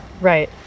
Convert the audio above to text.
Right